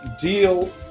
deal